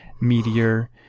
Meteor